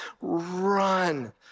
Run